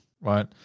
right